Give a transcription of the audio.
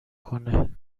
کنه